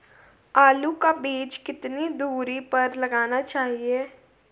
आलू का बीज कितनी दूरी पर लगाना चाहिए?